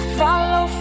follow